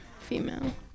female